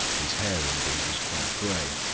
his hair, indeed, was quite grey,